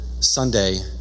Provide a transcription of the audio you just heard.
Sunday